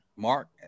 Mark